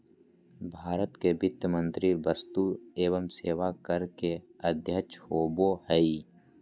भारत के वित्त मंत्री वस्तु एवं सेवा कर के अध्यक्ष होबो हइ